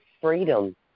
freedom